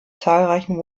zahlreichen